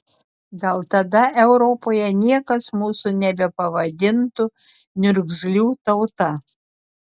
gal tada europoje niekas mūsų nebepavadintų niurgzlių tauta